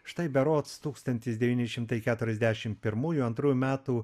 štai berods tūkstantis devyni šimtai keturiasdešim pirmųjų antrųjų metų